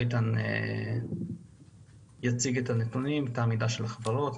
איתן יציג את הנתונים, את העמידה של החברות.